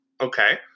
Okay